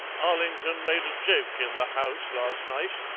arlington made a joke in the house last night,